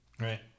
Right